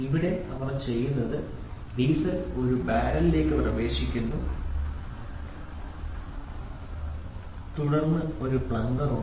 ഇവിടെ അവർ ചെയ്യുന്നത് ഡീസൽ ഒരു ബാരലിലേക്ക് പ്രവേശിക്കുന്നു തുടർന്ന് ഒരു പ്ലങ്കർ ഉണ്ട്